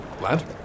Lad